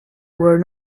were